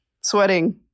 sweating